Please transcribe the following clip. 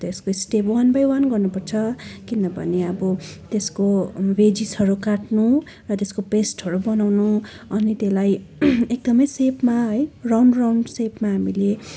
त्यसको step one by one गर्नुपर्छ किनभने अब किनभने त्यसको भेजिसहरू काट्नु र त्यसको पेस्टहरू बनाउनु अनि त्यसलाई एकदमै सेपमा है राउन्ड राउन्ड सेपमा हामीले